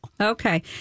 okay